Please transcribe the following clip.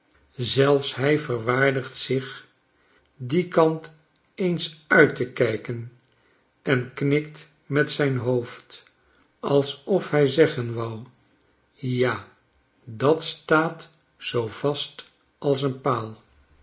zelfs hij verwaardigt zich dien kant eens uit te kijken en knikt met zijn hoofd alsof hij zeggen wou ja dat staat zoo vast als een paal